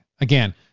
Again